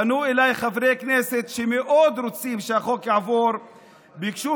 פנו אליי חברי כנסת שמאוד רוצים שהחוק יעבור וביקשו